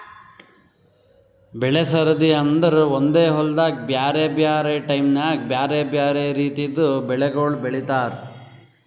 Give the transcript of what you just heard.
ಬೆಳೆ ಸರದಿ ಅಂದುರ್ ಒಂದೆ ಹೊಲ್ದಾಗ್ ಬ್ಯಾರೆ ಬ್ಯಾರೆ ಟೈಮ್ ನ್ಯಾಗ್ ಬ್ಯಾರೆ ಬ್ಯಾರೆ ರಿತಿದು ಬೆಳಿಗೊಳ್ ಬೆಳೀತಾರ್